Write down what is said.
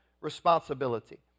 responsibility